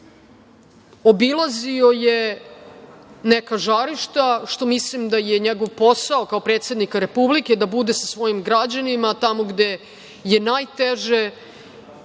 Obilazio je neka žarišta, što mislim da je njegov posao kao predsednika Republike, da bude sa svojim građanima tamo gde je najteže